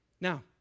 Now